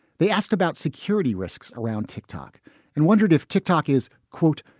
they asked about security risks around tick-tock and wondered if tick-tock is, quote,